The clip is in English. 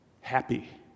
happy